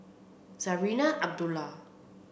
Zarinah Abdullah